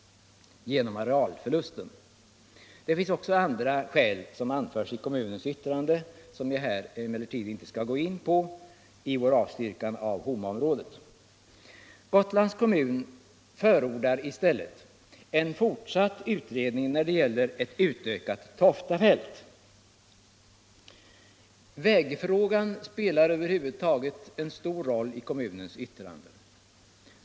Kommunen anför i sitt yttrande även andra skäl för sitt avstyrkande. Jag skall här emellertid inte gå in på dessa skäl. Kommunen förordar i stället en fortsatt utredning när det gäller ett utökat Toftafält. Vägfrågan spelar över huvud taget en stor roll i kommunens yttrande.